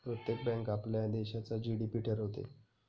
प्रत्येक बँक आपल्या देशाचा जी.डी.पी ठरवते